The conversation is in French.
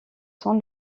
sans